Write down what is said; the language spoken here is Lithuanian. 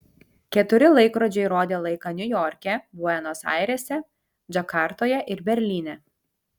keturi laikrodžiai rodė laiką niujorke buenos airėse džakartoje ir berlyne